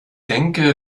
denke